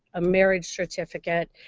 a marriage certificate,